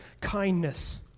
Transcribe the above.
kindness